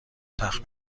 تخت